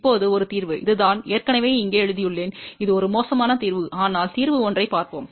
இப்போது ஒரு தீர்வு இது நான் ஏற்கனவே இங்கே எழுதியுள்ளேன் இது ஒரு மோசமான தீர்வு ஆனால் தீர்வு ஒன்றைப் பார்ப்போம்